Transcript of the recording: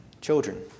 children